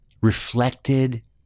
reflected